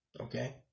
okay